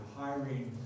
hiring